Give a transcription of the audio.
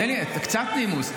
תן לי, קצת נימוס.